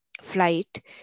flight